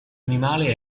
animale